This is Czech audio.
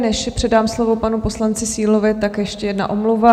Než předám slovo panu poslanci Sílovi, tak ještě jedna omluva.